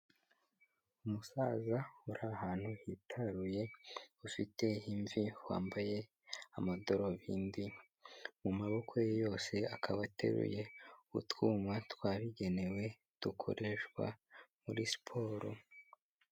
Umusaza uri ahantu hitaruye ufite imvi, wambaye amadarubindi ,mu maboko ye yose akaba ateruye utwuma twabigenewe dukoreshwa muri siporo.